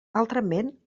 altrament